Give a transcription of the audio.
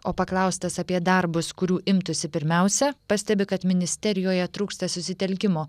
o paklaustas apie darbus kurių imtųsi pirmiausia pastebi kad ministerijoje trūksta susitelkimo